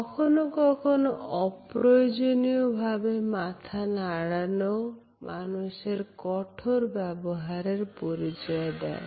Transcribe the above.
কখনো কখনো অপ্রয়োজনীয়ভাবে মাথা নাড়ানো মানুষের কঠোর ব্যবহারের পরিচয় দেয়